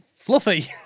Fluffy